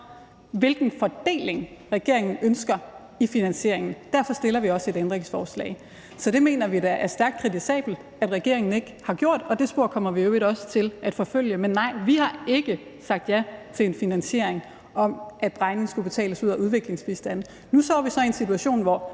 hvilken fordeling regeringen ønsker i finansieringen. Derfor stiller vi også et ændringsforslag. Så det mener vi da er stærkt kritisabelt at regeringen ikke har gjort, og det spor kommer vi i øvrigt også til at forfølge. Men nej, vi har ikke sagt ja til en finansiering, hvor regningen skulle betales ud af udviklingsbistanden. Nu står vi så i en situation, hvor